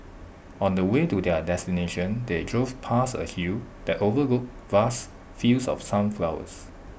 on the way to their destination they drove past A hill that overlooked vast fields of sunflowers